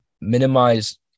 minimize